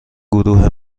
گروه